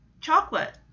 chocolate